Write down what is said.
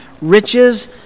riches